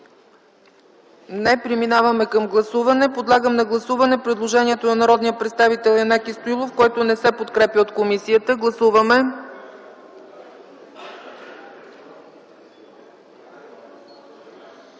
Няма. Преминаваме към гласуване. Подлагам на гласуване предложението на народния представител Янаки Стоилов, което не се подкрепя от комисията. Гласували